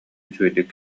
үчүгэйдик